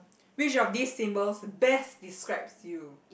which of these symbols best describes you